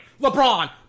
LeBron